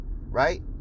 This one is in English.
right